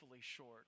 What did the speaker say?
short